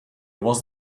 was